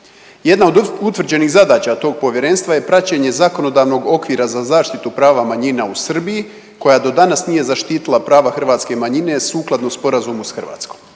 Jedna od utvrđenih zadaća tog povjerenstva je praćenje zakonodavnog okvira za zaštitu prava manjina u Srbiji koja do danas nije zaštitila prava hrvatske manjine sukladno sporazumu s Hrvatskom.